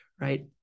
right